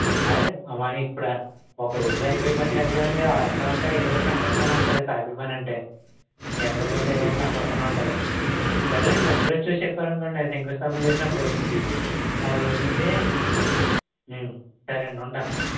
ఆయ్ అలానే ఇప్పుడా ఒక్కరోజులో అయిపోయే పని కాదు కదండి ఆడతా ఉంటే ఏదో ఒకటి కనబడతానే ఉంటది తాపీ పని అంటే ఎక్కడో చోట ఏదో ఒకటి కనబడతానే ఉంటది సర్లేండి మంచి రోజు చూసి చెప్పారనుకోండి శంకుస్స్థాపన చేసినప్పుడు ఆ రోజు నుంచి సరేండి ఉంటా